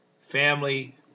family